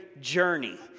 journey